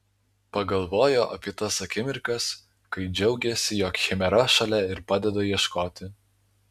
pagalvojo apie tas akimirkas kai džiaugėsi jog chimera šalia ir padeda ieškoti